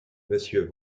monsieur